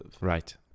Right